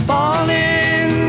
Falling